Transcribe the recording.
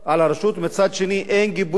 ומצד שני אין גיבוי תקציבי.